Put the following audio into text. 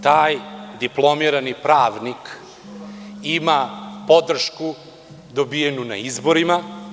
Taj diplomirani pravnik ima podršku dobijenu na izborima.